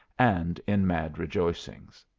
and in mad rejoicings.